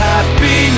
Happy